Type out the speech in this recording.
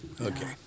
Okay